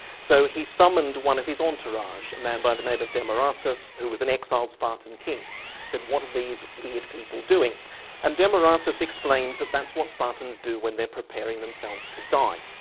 so he summoned one of his entourage, a man by the name of demaratus who was an exiled spartan king and said what are these weird people doing and demaratus explained that that's what spartans do when they're preparing themselves to die.